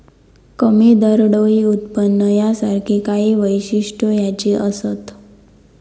कमी दरडोई उत्पन्न यासारखी काही वैशिष्ट्यो ह्याची असत